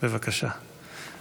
(מחיאות כפיים)